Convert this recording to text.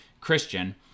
Christian